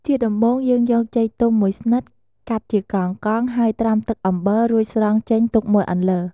ជាដំបូងយើងយកចេកទុំមួយស្និត កាត់ជាកង់ៗ ហើយត្រាំទឹកអំបិល រួចស្រង់ចេញទុកមួយអន្លើ។